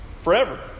forever